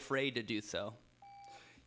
afraid to do so